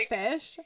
fish